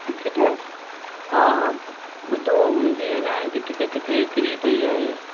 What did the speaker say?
ticket हा ॿुधो मुंहिंजी आहे न टिकट किथे किरी पई आहे